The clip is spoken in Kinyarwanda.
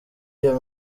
iyo